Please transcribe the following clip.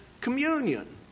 communion